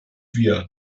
wir